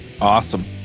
Awesome